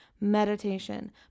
meditation